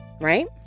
right